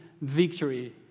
victory